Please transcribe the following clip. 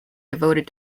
devoted